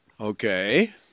Okay